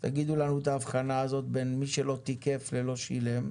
תגידו לנו לגבי ההבחנה הזאת בין מי שלא תיקף לבין מי שלא שילם.